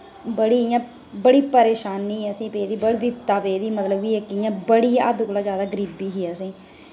बड़ी इ'यां बड़ी परेशानी असें पेदी बड़ी बिपता पेदी मतलब कि इक इ'यां बड़ी हद्द कोला ज्यादा गरीबी ही असें